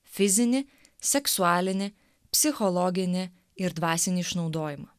fizinį seksualinį psichologinį ir dvasinį išnaudojimą